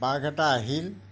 বাঘ এটা আহিল